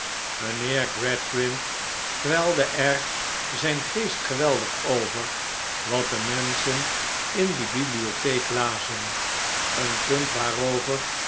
mijnheer gradgrind kwelde er zijn geest geweldig over wat de menschen in die bibliotheek lazen een punt waarover